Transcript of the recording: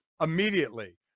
immediately